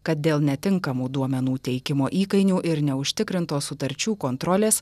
kad dėl netinkamų duomenų teikimo įkainių ir neužtikrintos sutarčių kontrolės